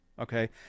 Okay